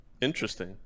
interesting